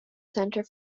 center